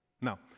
Now